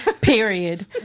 Period